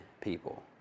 people